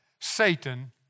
Satan